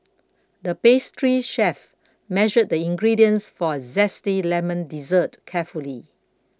the pastry chef measured the ingredients for a Zesty Lemon Dessert carefully